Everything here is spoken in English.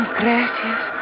gracias